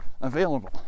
available